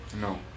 No